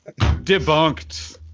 debunked